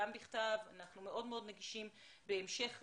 גם בכתב - אנחנו מאוד מאוד נגישים - בהמשך